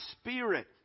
spirit